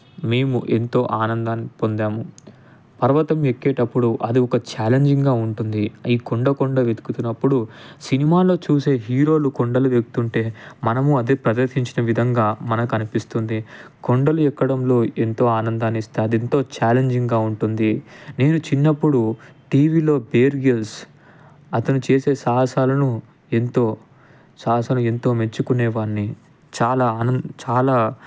మేము ఎంతో ఆనందాన్ని పొందాము పర్వతం ఎక్కేటప్పుడు అది ఒక ఛాలెంజింగ్గా ఉంటుంది ఈ కొండ కొండ వెతుకుతున్నప్పుడు సినిమాలో చూసే హీరోలు కొండలు ఎక్కుతుంటే మనము అదే ప్రదర్శించిన విధంగా మనకు అనిపిస్తుంది కొండలు ఎక్కడంలో ఎంతో ఆనందాన్ని ఇస్తుంది ఎంతో ఛాలెంజింగ్గా ఉంటుంది నేను చిన్నప్పుడు టీవీలో బెయిర్ గర్ల్స్ అతను చేసే సాహసాలను ఎంతో సాహసాలు ఎంతో మెచ్చుకునే వాడిని చాలా ఆనంద్ చాలా